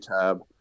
tab